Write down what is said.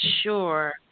sure